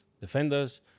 defenders